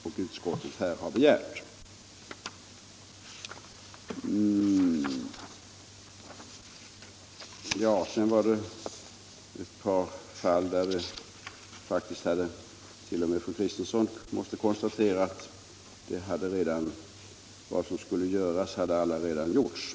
Fru Kristensson berörde därefter ett par frågor där t.o.m. hon måste konstatera att vad som skulle göras redan hade gjorts.